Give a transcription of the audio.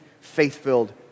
faith-filled